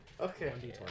Okay